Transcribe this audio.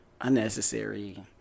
unnecessary